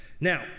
Now